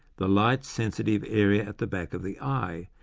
the light sensitive area at the back of the eye,